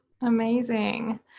amazing